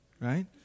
right